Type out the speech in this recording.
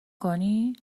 کنی